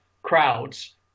crowds